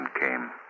came